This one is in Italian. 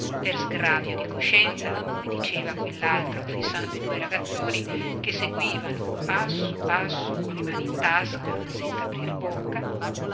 per sgravio di coscienza come diceva quell'altro fissando i due ragazzoni che seguivano passo passo colle mani in tasca senza aprir bocca